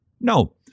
No